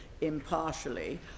impartially